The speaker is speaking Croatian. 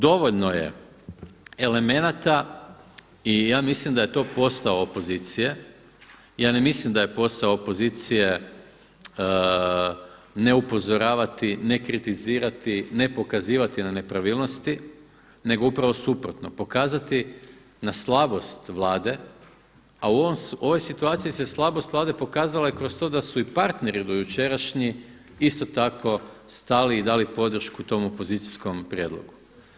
Dovoljno je elemenata i ja mislim da je to posao opozicije, ja ne mislim da je posao opozicije ne upozoravati, ne kritizirati, ne pokazivati na nepravilnosti nego upravo suprotno, pokazati na slabost Vlade a u ovoj situaciji se slabost Vlade pokazala i kroz to da su i partneri dojučerašnji isto tako stali i dali podršku tom opozicijskom prijedlogom.